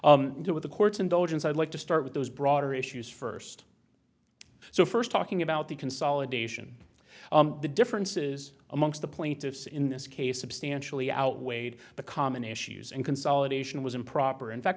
device with the court's indulgence i'd like to start with those broader issues first so first talking about the consolidation the differences amongst the plaintiffs in this case substantially outweighed the common issues and consolidation was improper in